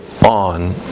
on